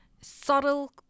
subtle